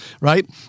right